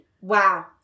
Wow